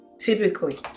typically